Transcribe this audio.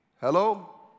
Hello